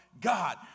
God